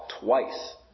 twice